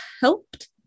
helped